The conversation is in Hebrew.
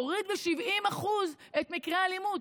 מוריד ב-70% את מקרי האלימות,